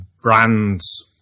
brands